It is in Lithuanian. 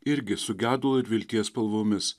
irgi sugedo ir vilties spalvomis